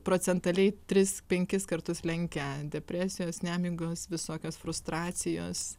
procentaliai tris penkis kartus lenkia depresijos nemigos visokios frustracijos